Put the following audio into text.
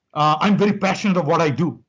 i'm very passionate of what i do.